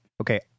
Okay